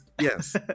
yes